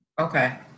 Okay